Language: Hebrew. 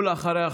אחריה,